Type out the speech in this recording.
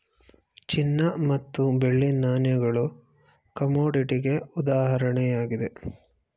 ಚಿನ್ನ ಮತ್ತು ಬೆಳ್ಳಿ ನಾಣ್ಯಗಳು ಕಮೋಡಿಟಿಗೆ ಉದಾಹರಣೆಯಾಗಿದೆ